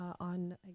on